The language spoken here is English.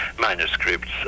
manuscripts